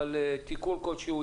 אבל יהיה תיקון כלשהו,